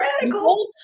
radical